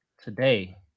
today